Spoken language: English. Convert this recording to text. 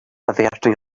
averting